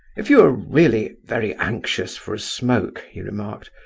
if you are really very anxious for a smoke, he remarked,